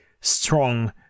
strong